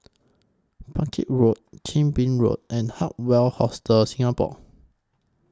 Bangkit Road Chin Bee Road and Hard Rock Hostel Singapore